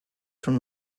from